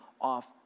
off